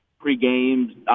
pre-game